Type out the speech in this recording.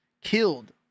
killed